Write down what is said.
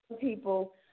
people